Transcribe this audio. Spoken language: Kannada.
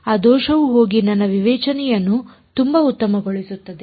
ಆ ದೋಷವು ಹೋಗಿ ನನ್ನ ವಿವೇಚನೆಯನ್ನು ತುಂಬಾ ಉತ್ತಮಗೊಳಿಸುತ್ತದೆ